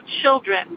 children